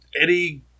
Eddie